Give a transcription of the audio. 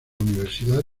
universidad